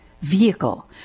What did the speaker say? vehicle